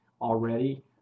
already